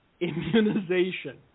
immunization